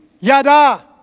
Yada